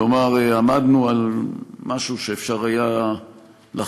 כלומר עמדנו על משהו שאפשר היה לחזות